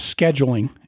scheduling